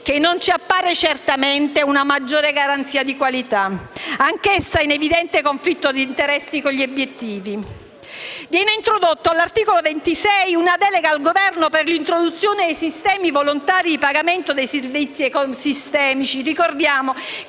che non ci appare certamente una maggiore garanzia di qualità, anch'esso in evidente conflitto di interesse con gli obiettivi. Viene introdotta, all'articolo 26, una delega al Governo per l'introduzione dei sistemi volontari di pagamento dei servizi ecosistemici.